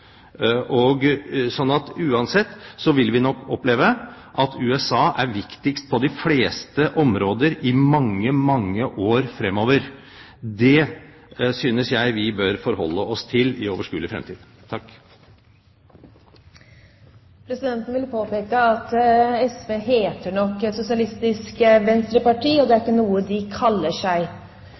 og Indias til sammen. Uansett vil vi nok oppleve at USA er viktigst på de fleste områder i mange, mange år fremover. Det synes jeg vi bør forholde oss til i overskuelig fremtid. Presidenten vil påpeke at SV nok heter Sosialistisk Venstreparti, det er ikke noe de «kaller seg».